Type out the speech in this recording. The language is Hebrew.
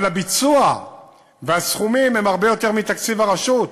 אבל הביצוע והסכומים הם הרבה יותר מתקציב הרשות,